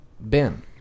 Ben